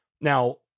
Now